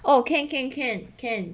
oh can can can can